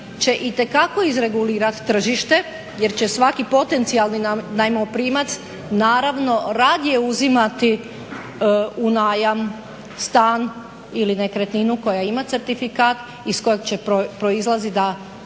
će itekako izregulirati tržište jer će svaki potencijalni najmoprimac naravno radije uzimati u najam stan ili nekretninu koja ima certifikat iz kojeg će proizlazit da ta zgrada